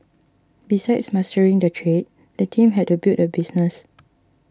besides mastering the trade the team had to build a business